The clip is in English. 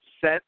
set